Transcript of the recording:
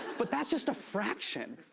but that's just a fraction.